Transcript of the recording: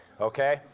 okay